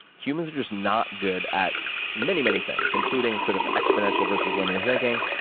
humans are just not good at many, many things, including sort of exponential versus linear thinking,